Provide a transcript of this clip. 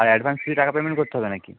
আর advance কিছু টাকা payment করতে হবে না কি